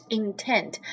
intent